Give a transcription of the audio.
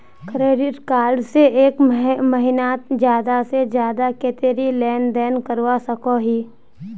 Credit card से एक महीनात ज्यादा से ज्यादा कतेरी लेन देन करवा सकोहो ही?